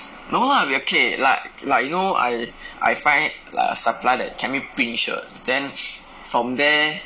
no lah okay like like you know I I find supply that can help me print shirt then from there